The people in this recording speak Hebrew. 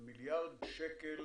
ומיליארד השקל,